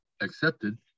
accepted